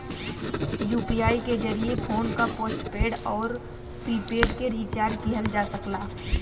UPI के जरिये phone क पोस्टपेड आउर प्रीपेड के रिचार्ज किहल जा सकला